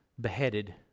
beheaded